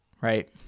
Right